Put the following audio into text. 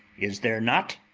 is there not?